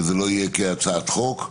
שזה לא יהיה כהצעת חוק,